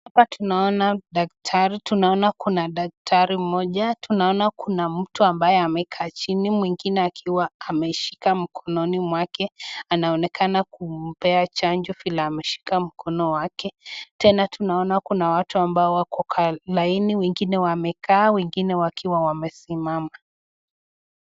Hapa tunaona daktari. Tunaona kuna daktari mmoja. Tunaona kuna mtu ambaye amekaa chini mwingine akiwa ameshika mkononi mwake. Anaonekana kumpea chanjo vile ameshika mkono wake. Tena tunaona kuna watu ambao wako kwa laini wengine wamekaa, wengine wakiwa wamesimama.